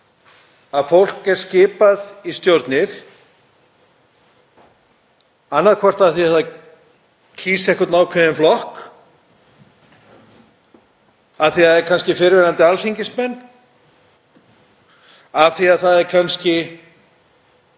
að fólk er skipað í stjórnir, annaðhvort af því að það kýs einhvern ákveðinn flokk, af því að það er kannski fyrrverandi alþingismenn, af því að það er kannski